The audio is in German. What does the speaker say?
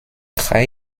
drei